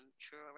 true